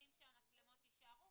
יודעים שהמצלמות יישארו,